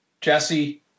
Jesse